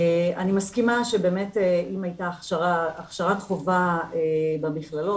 אני מסכימה שבאמת אם הייתה הכשרת חובה במכללות,